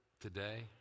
today